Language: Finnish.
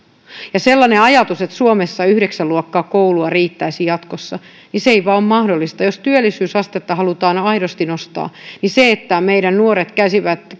sellainen ajatus että suomessa yhdeksän luokkaa koulua riittäisi jatkossa se ei vain ole mahdollista jos työllisyysastetta halutaan aidosti nostaa niin se että meidän nuoret kävisivät